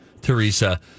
Teresa